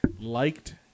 liked